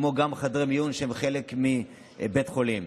כמו גם חדרי מיון שהם חלק מבית חולים.